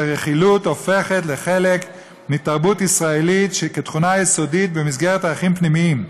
שרכילות הופכת לחלק מתרבות ישראלית כתכונה יסודית במסגרת ערכים פנימיים.